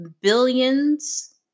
billions